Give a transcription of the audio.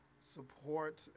support